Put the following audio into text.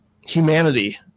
humanity